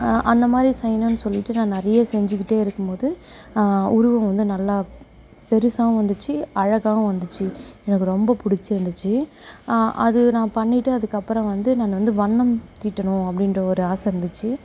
அந்தமாதிரி செய்யணும்னு சொல்லிட்டு நான் நிறையா செஞ்சிக்கிட்டே இருக்கும்போது உருவம் வந்து நல்லா பெருசாகவும் வந்திச்சு அழகாகவும் வந்திச்சு எனக்கு ரொம்ப பிடிச்சிருந்திச்சி அது நான் பண்ணிட்டு அதுக்கப்றம் வந்து நான் வந்து வண்ணம் தீட்டணும் அப்படீன்ற ஒரு ஆசை இருந்திச்சு